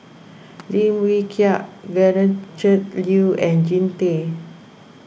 Lim Wee Kiak Gretchen Liu and Jean Tay